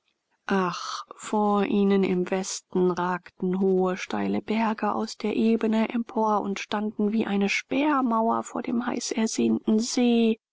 ach vor ihnen im westen ragten hohe steile berge aus der ebene empor und standen wie eine sperrmauer vor dem heißersehnten see